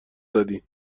زدی